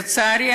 לצערי,